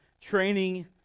training